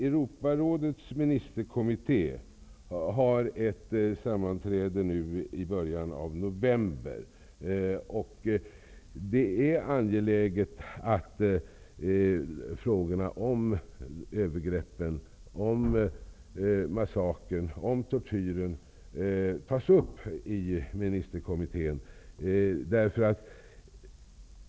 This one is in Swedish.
Europarådets ministerkommitté har ett sammanträde i början av november. Det är angeläget att frågorna om övergreppen, om massakern, om tortyren tas upp i ministerkommittén.